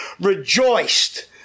rejoiced